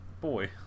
boy